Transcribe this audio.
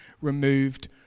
removed